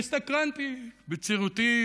והסתקרנתי בצעירותי,